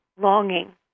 longing